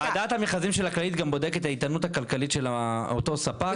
ועדת המכרזים של "כללית" גם בודקת את האיתנות הכלכלית של אותו ספק.